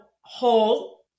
hole